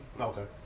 Okay